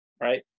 right